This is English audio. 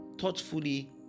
thoughtfully